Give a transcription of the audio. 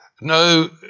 No